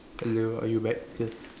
hello are you back just